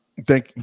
Thank